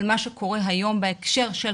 הנושאים של